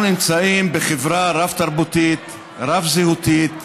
אנחנו נמצאים בחברה רב-תרבותית, רב-זהותית,